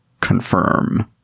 confirm